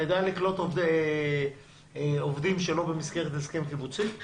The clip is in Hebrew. אתה יודע לקלוט עובדים שלא במסגרת הסכם קיבוצי?